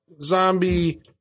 zombie